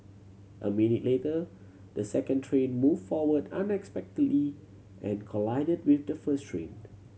a minute later the second train moved forward unexpectedly and collided with the first train